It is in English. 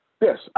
Yes